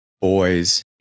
boys